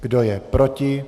Kdo je proti?